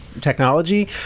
technology